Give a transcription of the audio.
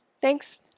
Thanks